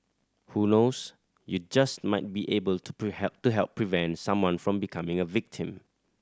who knows you just might be able to help to help prevent someone from becoming a victim